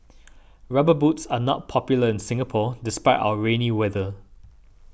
rubber boots are not popular in Singapore despite our rainy weather